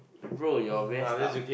bro you're messed up